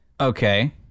Okay